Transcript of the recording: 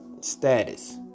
status